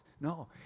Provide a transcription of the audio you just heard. No